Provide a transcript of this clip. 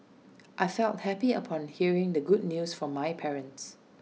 I felt happy upon hearing the good news from my parents